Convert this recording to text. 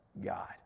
God